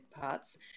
parts